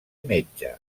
metge